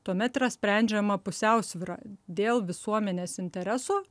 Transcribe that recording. tuomet yra sprendžiama pusiausvyra dėl visuomenės intereso